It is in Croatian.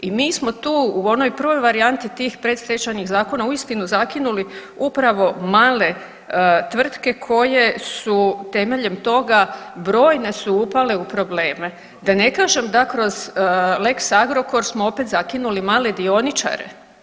I mi smo tu u onoj prvoj varijanti tih predstečajnih zakona uistinu zakinuli upravo male tvrtke koje su temeljem toga, brojne su upale u probleme, da ne kažem da kroz lex Agrokor smo opet zakinuli male dioničare.